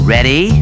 Ready